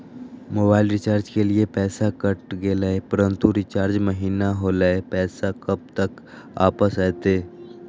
Mobile recharge के लिए पैसा कट गेलैय परंतु रिचार्ज महिना होलैय, पैसा कब तक वापस आयते?